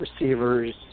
receivers